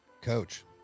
Coach